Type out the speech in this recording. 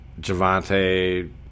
Javante